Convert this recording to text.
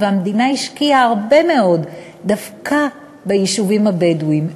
והמדינה השקיעה הרבה מאוד דווקא ביישובים הבדואיים,